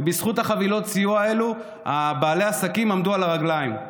ובזכות חבילות הסיוע הללו בעלי העסקים עמדו על הרגליים.